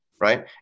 right